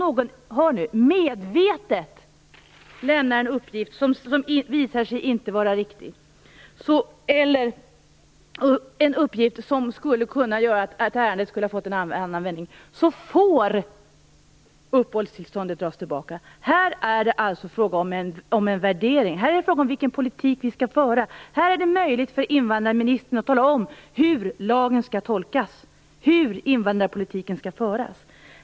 att om någon medvetet lämnar en uppgift som visar sig inte vara riktig eller en uppgift som skulle kunna göra att behandlingen av ärendet skulle ha fått en annan vändning, får uppehållstillståndet dras tillbaka. Här är det alltså fråga om en värdering. Här är det fråga om vilken politik vi skall föra. Här är det möjligt för invandrarministern att tala om hur lagen skall tolkas, hur invandrarpolitiken skall föras.